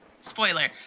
spoiler